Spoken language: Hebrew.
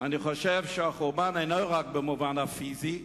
אני חושב שהחורבן אינו רק במובן הפיזי,